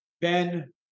Ben